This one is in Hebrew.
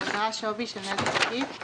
בהגדרה "שווי של נזק עקיף".